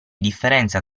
differenza